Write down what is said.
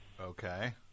Okay